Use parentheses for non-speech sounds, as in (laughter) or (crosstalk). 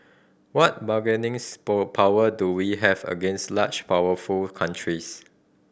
what bargaining (unintelligible) power do we have against large powerful countries